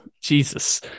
Jesus